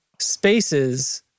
spaces